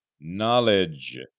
Knowledge